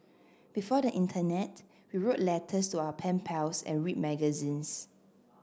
before the internet we wrote letters to our pen pals and read magazines